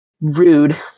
rude